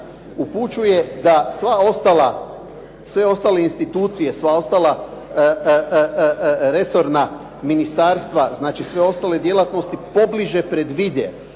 upućuje da sve ostale institucije, sva ostala resorna ministarstva, znači sve ostale djelatnosti pobliže predvide